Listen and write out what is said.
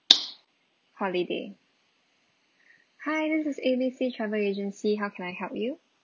holiday hi this is A B C travel agency how can I help you